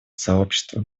сообщество